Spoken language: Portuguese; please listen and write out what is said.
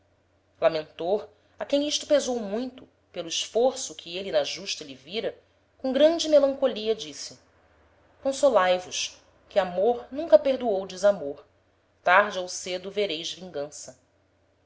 a quem isto pesou muito pelo esforço que êle na justa lhe vira com grande melancolia disse consolae vos que amor nunca perdoou desamor tarde ou cedo vereis vingança